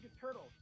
Turtles